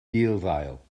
gulddail